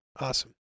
Awesome